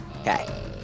Okay